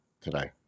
today